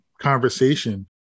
conversation